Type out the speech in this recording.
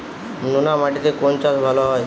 নোনা মাটিতে কোন চাষ ভালো হয়?